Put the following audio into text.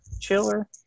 Chiller